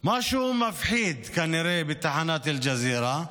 כנראה משהו מפחיד בתחנת אל-ג'זירה,